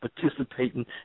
participating